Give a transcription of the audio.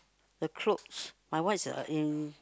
the clothes my one is uh in